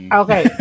okay